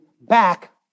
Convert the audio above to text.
back